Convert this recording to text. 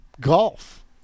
golf